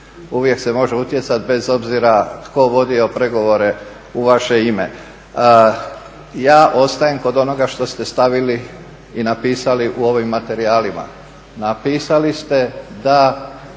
uvijek se može utjecati bez obzira tko vodio pregovore u vaše ime. Ja ostajem kod onoga što ste stavili i napisali u ovim materijalima. Napisali ste da